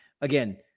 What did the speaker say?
again